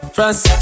France